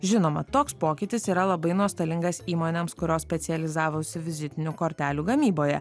žinoma toks pokytis yra labai nuostolingas įmonėms kurios specializavosi vizitinių kortelių gamyboje